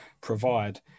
provide